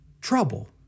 trouble